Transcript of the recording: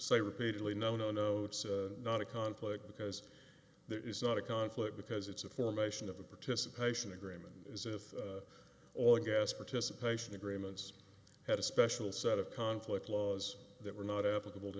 say repeatedly no no no it's not a conflict because there is not a conflict because it's a formation of a participation agreement as if oil and gas participation agreements had a special set of conflict laws that were not applicable to